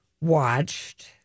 watched